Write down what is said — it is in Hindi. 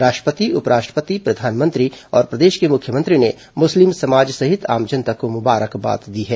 राष्ट्रपति उपराष्ट्रपति प्रधानमंत्री और प्रदेश के मुख्यमंत्री ने मुस्लिम समाज सहित आम जनता को मुबारकबाद दी है